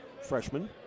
Freshman